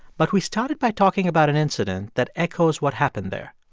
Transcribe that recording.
but we started by talking about an incident that echoes what happened there.